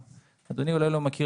אדוני אולי לא מכיר,